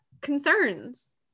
concerns